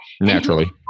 naturally